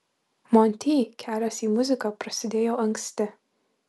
monty kelias į muziką prasidėjo anksti